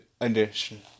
edition